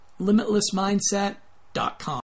limitlessmindset.com